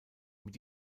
mit